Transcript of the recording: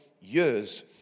years